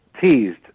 teased